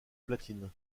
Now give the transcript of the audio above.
platine